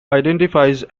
identifies